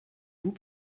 vous